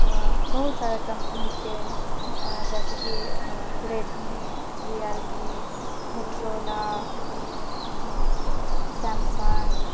बहुत सारा कम्पनीके जेना कि रेडमी रियल मेट्रोला सैमसंग